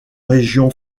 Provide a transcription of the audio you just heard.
région